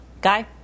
Guy